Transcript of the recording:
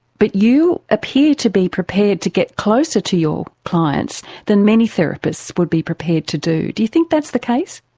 but you appear to be prepared to get closer to your clients than many therapists would be prepared to do. do you think that's the case?